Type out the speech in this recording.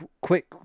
quick